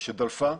שדלפה.